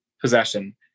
possession